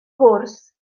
gwrs